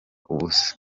ubusa